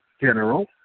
General